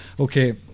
Okay